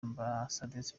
ambasadazi